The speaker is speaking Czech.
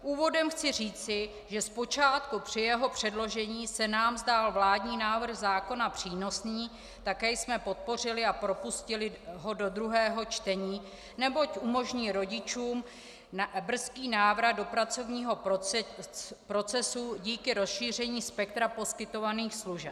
Úvodem chci říci, že z počátku při jeho předložení se nám zdál vládní návrh zákona přínosný, také jsme ho podpořili a propustili do druhého čtení, neboť umožní rodičům brzký návrat do pracovního procesu díky rozšíření spektra poskytovaných služeb.